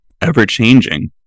ever-changing